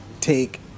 take